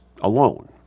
alone